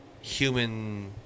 human